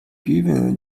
giving